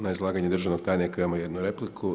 Na izlaganje državnog tajnika imamo jednu repliku.